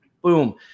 Boom